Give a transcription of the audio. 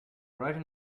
writing